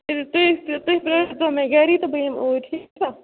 تُہۍ تُہۍ پرٛٲرۍزیو مےٚ گَری تہٕ بہٕ یِمہٕ اوٗرۍ ٹھیٖک چھا